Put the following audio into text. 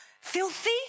filthy